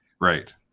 Right